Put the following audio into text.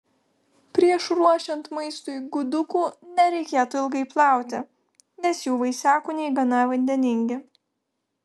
prieš ruošiant maistui gudukų nereikėtų ilgai plauti nes jų vaisiakūniai gana vandeningi